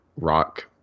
Rock